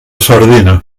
sardina